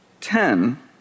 ten